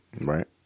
Right